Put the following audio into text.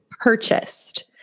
purchased